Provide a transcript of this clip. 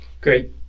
great